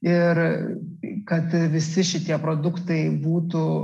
ir kad visi šitie produktai būtų